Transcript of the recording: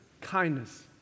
kindness